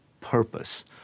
purpose